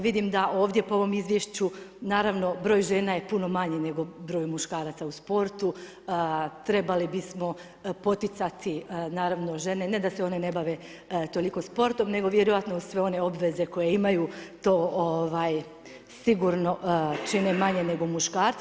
Vidim da ovdje po ovom izvješću naravno broj žena je puno manji nego broj muškaraca u sportu, trebali bi smo poticati naravno žene ne da se one ne bave toliko sportom nego vjerojatno uz sve one obveze koje one imaju to sigurno čine manje nego muškarci.